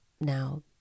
now